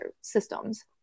systems